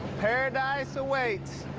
paradise awaits.